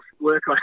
work